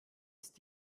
ist